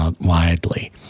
widely